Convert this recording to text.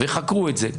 וחקרו את זה,